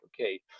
okay